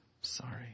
sorry